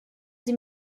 sie